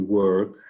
work